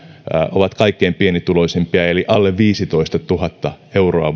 ovat kaikkein pienituloisimpia eli alle viisitoistatuhatta euroa